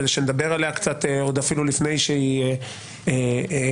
כדי שנדבר עליה קצת אפילו עוד לפני שהיא תועבר,